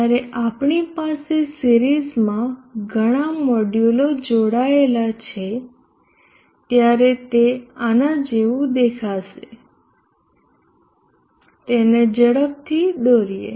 જ્યારે આપણી પાસે સિરીઝમાં ઘણા મોડ્યુલો જોડાયેલા છે ત્યારે તે આના જેવું દેખાશે તેને ઝડપથી દોરીએ